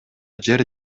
жер